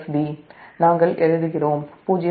4 என்று எழுதுகிறோம்